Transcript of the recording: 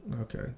Okay